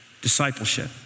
discipleship